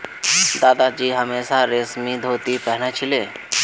दादाजी हमेशा रेशमी धोती पह न छिले